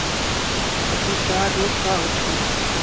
अतिसार रोग का होखे?